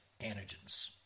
antigens